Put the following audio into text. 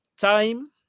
time